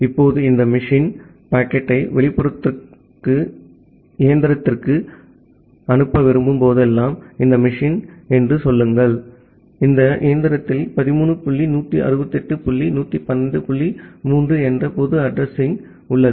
இப்போது இந்த மெஷின் பாக்கெட்டை வெளிப்புற இயந்திரத்திற்கு அனுப்ப விரும்பும் போதெல்லாம் இந்த மெஷின் என்று சொல்லுங்கள் இந்த இயந்திரத்தில் 13 டாட் 168 டாட் 112 டாட் 3 என்ற பொது அட்ரஸிங் உள்ளது